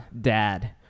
dad